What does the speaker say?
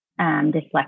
dyslexia